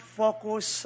focus